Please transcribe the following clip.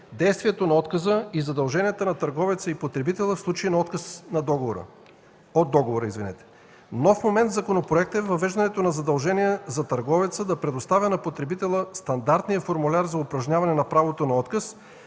действието на отказа и задълженията на търговеца и потребителя, в случай на отказ от договора. Нов момент в законопроекта е въвеждането на задължение за търговеца да предоставя на потребителя стандартния формуляр за упражняване на правото на отказ